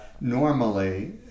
normally